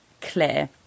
clear